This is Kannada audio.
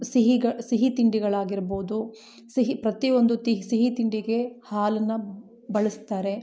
ಸಿಹಿಗಳು ಸಿಹಿ ತಿಂಡಿಗಳಾಗಿರ್ಬೌದು ಸಿಹಿ ಪ್ರತಿಯೊಂದು ತಿ ಸಿಹಿ ತಿಂಡಿಗೆ ಹಾಲನ್ನು ಬಳಸ್ತಾರೆ